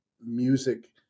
music